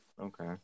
Okay